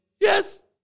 Yes